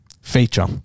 feature